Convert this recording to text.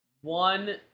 one